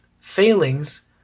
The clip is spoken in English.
failings